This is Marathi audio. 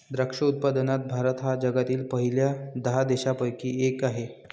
द्राक्ष उत्पादनात भारत हा जगातील पहिल्या दहा देशांपैकी एक आहे